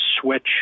switch